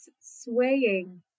swaying